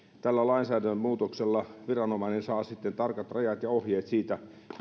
tällä lainsäädännön muutoksella viranomainen saa sitten tarkat rajat ja ohjeet siitä